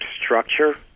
structure